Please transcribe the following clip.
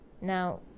Now